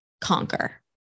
conquer